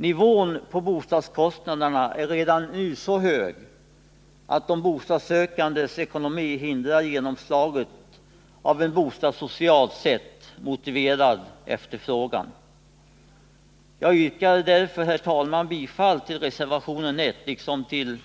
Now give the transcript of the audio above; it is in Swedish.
Nivån på bostadskostnaderna är redan nu så hög att de bostadssökandes ekonomi hindrar genomslaget av en bostadssocialt sett motiverad efterfrågan. Jag yrkar därför, fru talman, bifall till reservation nr 1 liksom till